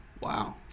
Wow